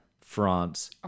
France